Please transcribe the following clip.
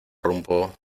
rumbo